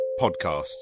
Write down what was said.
podcasts